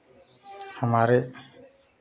हमारे